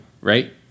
right